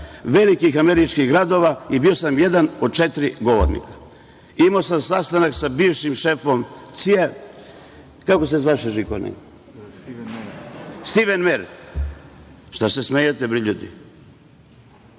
velikih američkih gradova i bio sam jedan od četiri govornika. Imao sam sastanak sa bivšim šefom CIA-e, kako se zvaše, Stiven Mejer. Šta se smejete, ljudi?